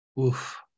Oof